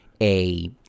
a-